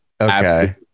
Okay